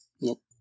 Nope